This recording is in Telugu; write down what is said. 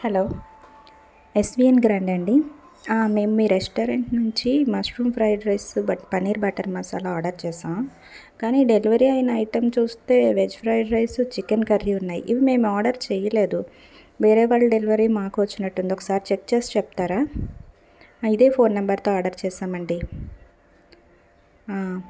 హలో ఎస్విఎన్ గ్రాండా అండి మేము మీ రెస్టారెంట్ నుంచి mushroom fried rice but paneer butter masala order చేసాం కానీ డెలివరీ అయిన ఐటెం చూస్తే veg fried rice chicken curry ఉన్నాయ్ ఇవి మేము ఆర్డర్ చేయలేదు వేరే వాళ్ళు డెలివరీ మాకు వచ్చినట్టుంది ఒకసారి చెక్ చేసి చెప్తారా ఇదే ఫోన్ నెంబర్తో ఆర్డర్ చేసామండి